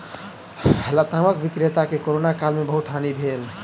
लतामक विक्रेता के कोरोना काल में बहुत हानि भेल